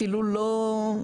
אפילו לא,